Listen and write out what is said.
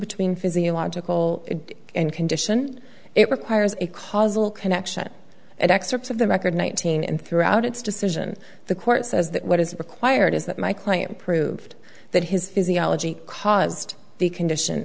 between physiological and condition it requires a causal connection and excerpts of the record nineteen and throughout its decision the court says that what is required is that my client proved that his physiology caused the condition